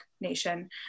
nation